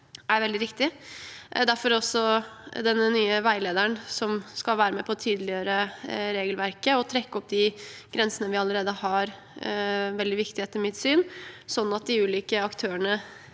er veldig viktig. Derfor har vi også den nye veilederen, som skal være med på å tydeliggjøre regelverket og trekke opp de grensene vi allerede har. Det er veldig viktig etter mitt syn, slik at de ulike aktørene